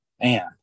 man